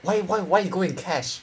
why why why you go and cash